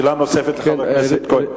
שאלה נוספת לחבר הכנסת כהן.